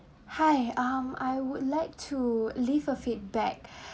hi um I would like to leave a feedback